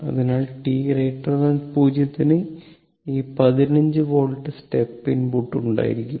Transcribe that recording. അതിനാൽ ടി 0 ന് ഈ 15 വോൾട്ട് സ്റ്റെപ്പ് ഇൻപുട്ട് ഉണ്ടായിരിക്കും